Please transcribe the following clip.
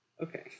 Okay